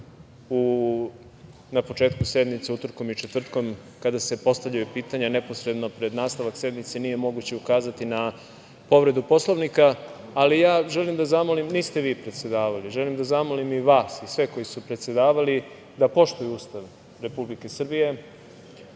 na početku sednice utorkom i četvrtkom, kada se postavljaju pitanja neposredno pred nastavak sednice, nije moguće ukazati na povredu Poslovnika, ali ja želim da zamolim, niste vi predsedavali, želim da zamolim vas i sve koji su predsedavali, da poštuju Ustav Republike Srbije,